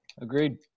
Agreed